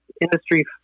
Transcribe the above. industry